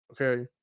okay